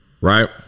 right